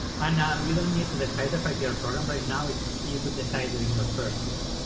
and um you don't need to decide on five-year program right now you could decide during your first year.